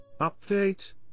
Update